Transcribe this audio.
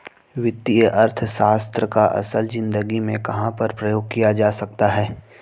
वित्तीय अर्थशास्त्र का असल ज़िंदगी में कहाँ पर प्रयोग किया जा सकता है?